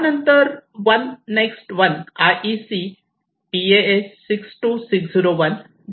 त्यानंतर one next one IEC PAS 62601 WIA PA